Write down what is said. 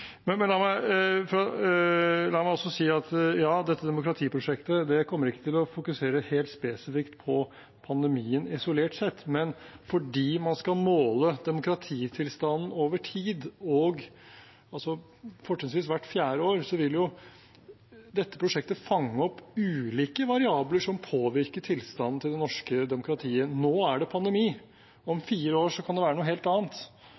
Men la meg også si: Ja, dette med demokratiprosjektet kommer ikke til å fokusere helt spesifikt på pandemien isolert sett, men fordi man skal måle demokratitilstanden over tid og fortrinnsvis hvert fjerde år, vil jo dette prosjektet fange opp ulike variabler som påvirker tilstanden til det norske demokratiet. Nå er det pandemi. Om fire år kan det være noe helt annet,